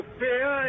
fear